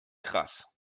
krass